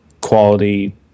quality